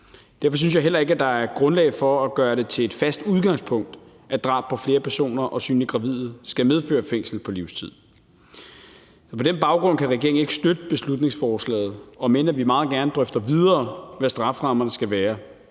Derfor synes jeg heller ikke, at der er grundlag for at gøre det til et fast udgangspunkt, at drab på flere personer og synligt gravide skal medføre fængsel på livstid. Så på den baggrund kan regeringen ikke støtte beslutningsforslaget, om end vi meget gerne drøfter videre, hvad strafferammerne skal være,